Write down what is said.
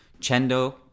Chendo